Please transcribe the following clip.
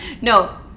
No